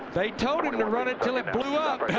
they told him to run it until it blew out.